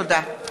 תודה.